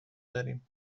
داریم